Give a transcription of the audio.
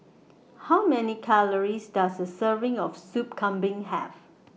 How Many Calories Does A Serving of Soup Kambing Have